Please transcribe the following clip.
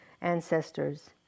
ancestors